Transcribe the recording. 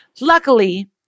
Luckily